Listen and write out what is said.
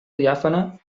diàfana